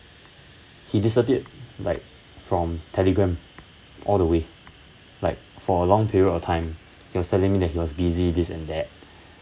he disappeared like from Telegram all the way like for a long period of time he was telling me that he was busy this and that